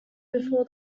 before